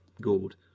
gold